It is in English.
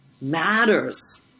matters